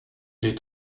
les